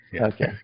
Okay